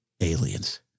aliens